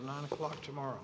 nine o'clock tomorrow